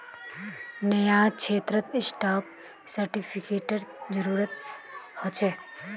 न्यायक्षेत्रत स्टाक सेर्टिफ़िकेटेर जरूरत ह छे